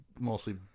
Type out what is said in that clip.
mostly